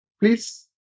please